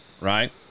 right